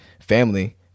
family